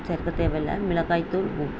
சேர்க்க தேவை இல்லை மிளகாய்த் தூள்